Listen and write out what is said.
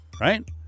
right